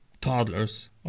toddlers